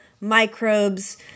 Microbes